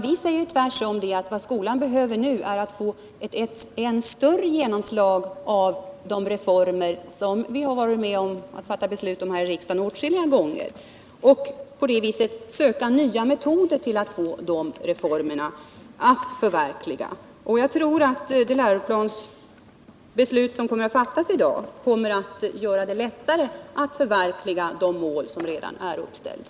Vi säger i stället att skolan nu behöver ett större genomslag av de reformer som vi har varit med om att fatta beslut om här i riksdagen åtskilliga gånger. Jagtrez att det läroplansbeslut som vi skall fatta i dag kommer att göra det lättare att förverkliga de mål som redan är uppställda.